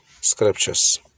Scriptures